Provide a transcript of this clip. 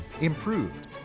improved